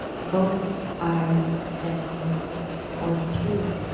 both eyes down or through